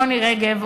יוני רגב,